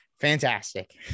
fantastic